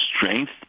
strength